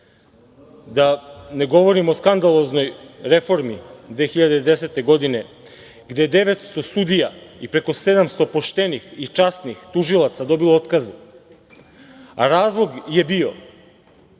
da ne govorim o skandaloznoj reformi 2010. godine gde 900 sudija i preko 700 poštenih i časnih tužalaca je dobilo otkaze, a razlog je bio